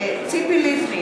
(קוראת בשמות חברי הכנסת) ציפי לבני,